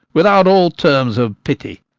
without all terms of pity.